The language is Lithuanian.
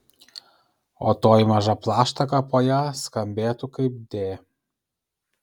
o toji maža plaštaka po ja skambėtų kaip d